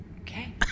Okay